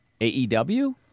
AEW